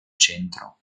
centro